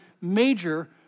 major